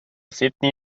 sydney